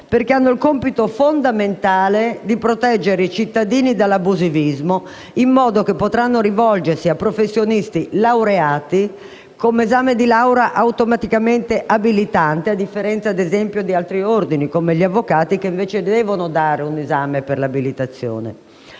perché hanno il compito fondamentale di proteggere i cittadini dall'abusivismo, facendo in modo che possano rivolgersi a professionisti laureati con esami di laurea automaticamente abilitanti, a differenza, ad esempio, di altri ordini, come gli avvocati che devono dare un esame per l'abilitazione.